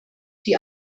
die